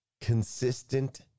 Consistent